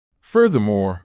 Furthermore